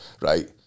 right